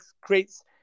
creates